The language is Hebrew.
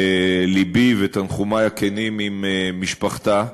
ולבי ותנחומי הכנים עם משפחתה.